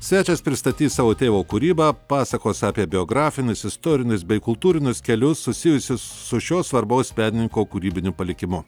svečias pristatys savo tėvo kūrybą pasakos apie biografinius istorinius bei kultūrinius kelius susijusius su šio svarbaus menininko kūrybiniu palikimu